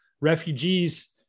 Refugees